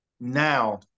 now